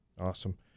Awesome